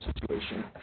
situation